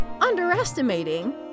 underestimating